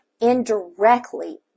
indirectly